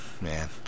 man